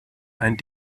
ein